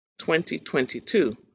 2022